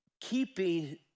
keeping